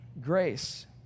grace